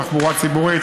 תחבורה ציבורית,